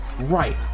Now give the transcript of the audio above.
right